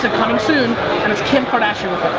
so coming soon and it's kim kardashian with him.